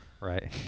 Right